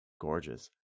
gorgeous